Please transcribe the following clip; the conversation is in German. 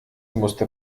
musste